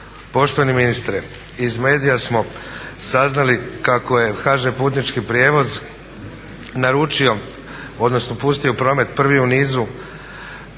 Poštovani ministre, iz medija smo saznali kako je HŽ-Putnički prijevoz naručio, odnosno pustio u promet prvi u nizu